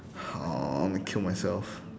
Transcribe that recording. I wanna kill myself